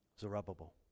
Zerubbabel